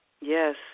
Yes